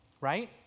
right